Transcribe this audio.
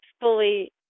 fully